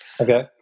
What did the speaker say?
Okay